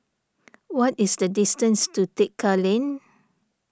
what is the distance to Tekka Lane